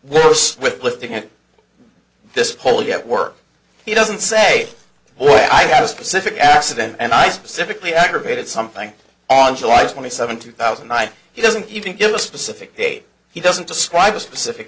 worse with lifting him this whole get work he doesn't say oh i got a specific accident and i specifically aggravated something on july twenty seventh two thousand i he doesn't even give a specific date he doesn't describe a specific